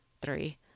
three